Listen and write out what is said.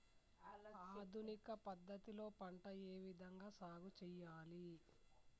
ఆధునిక పద్ధతి లో పంట ఏ విధంగా సాగు చేయాలి?